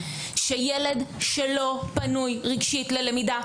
שילד שלא פנוי רגשית ללמידה,